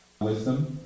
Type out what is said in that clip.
wisdom